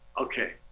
okay